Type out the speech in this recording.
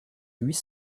huit